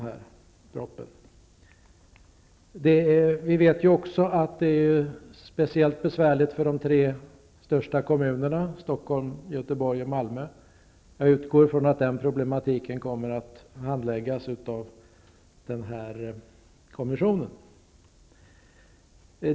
Vi vet också att det är speciellt besvärligt för de tre största kommunerna, Stockholm, Göteborg och Malmö. Jag utgår från att de problemen kommer att handläggas av kommissionen.